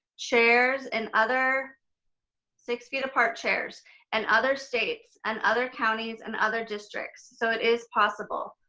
chairs and other six feet apart chairs and other states and other counties and other districts. so it is possible,